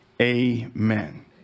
Amen